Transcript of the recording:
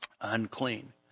Unclean